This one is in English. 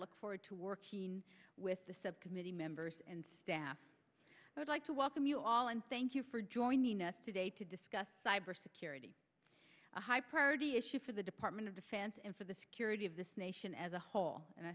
look forward to working with the subcommittee members and staff i would like to welcome you all and thank you for joining us today to discuss cyber security a high priority issue for the department of defense and for the security of this nation as a whole and i